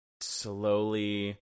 slowly